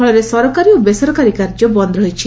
ଫଳରେ ସରକାରୀ ଓ ବେସରକାରୀ କାର୍ଯ୍ୟ ବନ୍ଦ୍ ରହିଛି